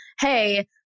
Hey